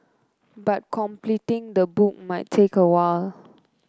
but completing the book might take a while